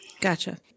Gotcha